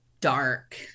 dark